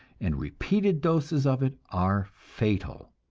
and repeated doses of it are fatal.